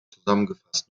zusammengefasst